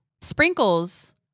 Sprinkles